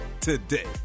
today